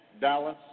Dallas